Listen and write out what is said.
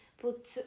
put